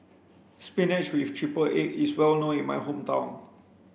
Spinach with triple egg is well known in my hometown